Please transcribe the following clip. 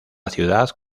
ciudad